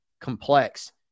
complex